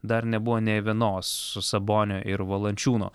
dar nebuvo nė vienos su sabonio ir valančiūno